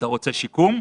אתה רוצה שיקום?